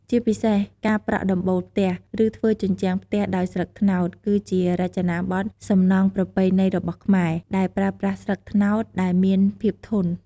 ជាពិសេស ការប្រក់ដំបូលផ្ទះ ឬធ្វើជញ្ជាំងផ្ទះដោយស្លឹកត្នោត គឺជារចនាបថសំណង់ប្រពៃណីរបស់ខ្មែរ ដែលប្រើប្រាស់ស្លឹកត្នោតដែលមានភាពធន់។